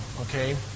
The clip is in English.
Okay